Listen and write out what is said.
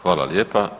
Hvala lijepa.